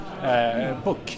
book